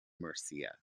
murcia